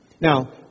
Now